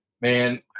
man